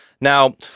Now